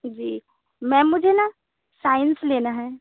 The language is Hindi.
जी मैम मुझे न साइंस लेना है